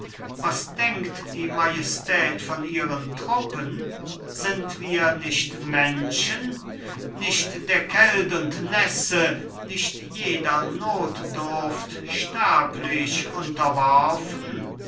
was denkt die majestät von ihren truppen sind wir nicht menschen nicht der kält und nässe nicht jeder notdurft sterblich unterworfen